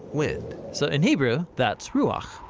wind. so in hebrew, that's ruakh.